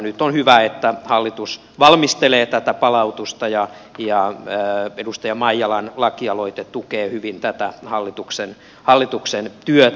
nyt on hyvä että hallitus valmistelee tätä palautusta ja edustaja maijalan lakialoite tukee hyvin tätä hallituksen työtä